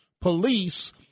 police